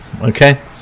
Okay